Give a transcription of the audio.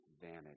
vanity